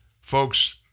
folks